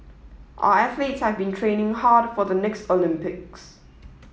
or athletes have been training hard for the next Olympics